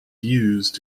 used